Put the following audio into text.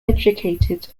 educated